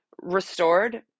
restored